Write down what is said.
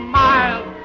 miles